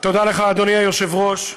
תודה לך, אדוני היושב-ראש.